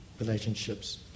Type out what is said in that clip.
relationships